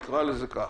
נקרא לזה כך,